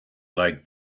like